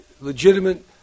legitimate